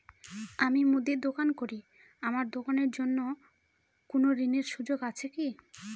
আমি মুদির দোকান করি আমার দোকানের জন্য কোন ঋণের সুযোগ আছে কি?